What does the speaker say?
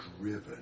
driven